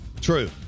True